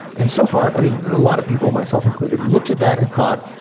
and so far, a lot of people, myself included, looked to that and thought,